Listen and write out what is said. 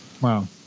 Wow